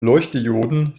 leuchtdioden